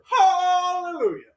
Hallelujah